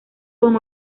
con